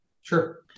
sure